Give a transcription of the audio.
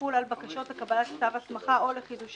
תחול על בקשות לקבלת כתב הסמכה או לחידושו